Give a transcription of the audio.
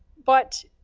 but,